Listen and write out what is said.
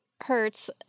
hurts